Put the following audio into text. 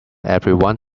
everyone